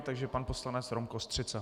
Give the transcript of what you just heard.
Takže pan poslanec Rom Kostřica.